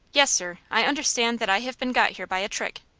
yes, sir i understand that i have been got here by a trick.